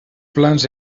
plans